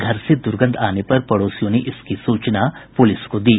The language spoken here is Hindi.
घर से दूर्गंध आने पर पड़ोसियों ने इसकी सूचना पुलिस को दी